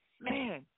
man